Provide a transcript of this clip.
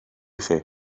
chi